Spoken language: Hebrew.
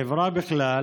בחברה בכלל,